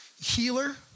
Healer